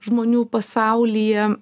žmonių pasaulyje